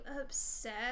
upset